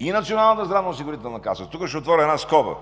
и Националната здравноосигурителна каса. Тук ще отворя една скоба.